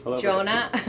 Jonah